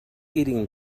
eating